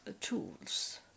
tools